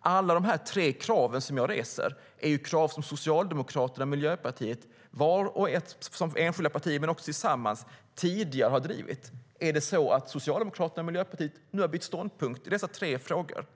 Alla de tre krav som jag reser är ju krav som Socialdemokraterna och Miljöpartiet vart och ett som enskilda partier men också tillsammans har drivit tidigare. Är det så att Socialdemokraterna och Miljöpartiet nu har bytt ståndpunkt i dessa tre frågor?